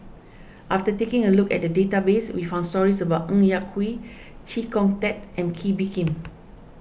after taking a look at the database we found stories about Ng Yak Whee Chee Kong Tet and Kee Bee Khim